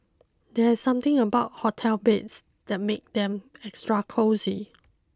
there's something about hotel beds that make them extra cosy